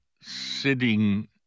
sitting